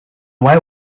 away